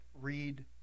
Read